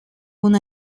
und